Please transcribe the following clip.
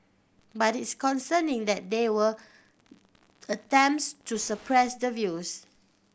but it's concerning that there were attempts to suppress the views